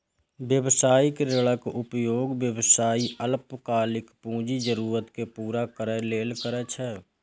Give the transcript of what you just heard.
व्यावसायिक ऋणक उपयोग व्यवसायी अल्पकालिक पूंजी जरूरत कें पूरा करै लेल करै छै